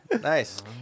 nice